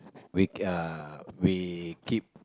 we uh we keep